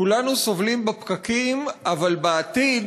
כולנו סובלים בפקקים, אבל בעתיד